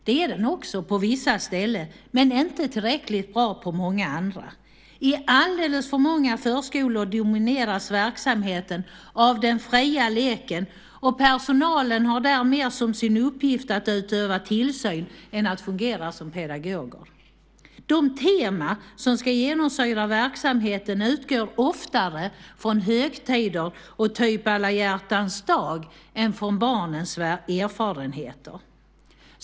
Det är den också, på vissa ställen, men inte tillräckligt bra på många andra. I alldeles för många förskolor domineras verksamheten av den fria leken, och personalen har mer som sin uppgift att utöva tillsyn än att fungera som pedagoger. De teman som ska genomsyra verksamheten utgår oftare från högtider och typ alla hjärtans dag än från barnens erfarenheter.